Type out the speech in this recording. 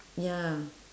ya